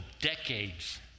decades